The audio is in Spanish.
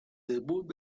debut